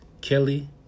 Kelly